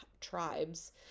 tribes